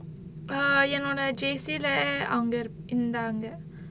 err என்னோட:ennoda J_C leh அவங்க இருப்~ இருந்தாங்க:avanga irup~ irunthaanga